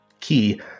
key